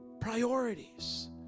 Priorities